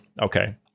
Okay